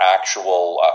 actual